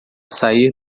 sair